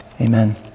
Amen